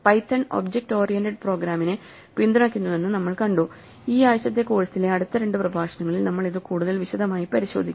Python object oriented പ്രോഗ്രാമിംഗിനെ പിന്തുണയ്ക്കുന്നുവെന്ന് നമ്മൾ കണ്ടു ഈ ആഴ്ചത്തെ കോഴ്സിലെ അടുത്ത രണ്ട് പ്രഭാഷണങ്ങളിൽ നമ്മൾ ഇത് കൂടുതൽ വിശദമായി പരിശോധിക്കും